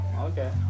Okay